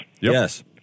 Yes